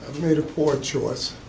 made a poor choice,